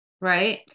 right